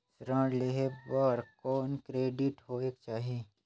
ऋण लेहे बर कौन क्रेडिट होयक चाही?